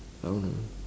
I don't know